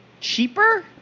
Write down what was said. cheaper